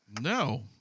no